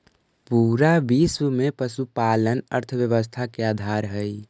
पूरा विश्व में पशुपालन अर्थव्यवस्था के आधार हई